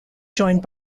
joined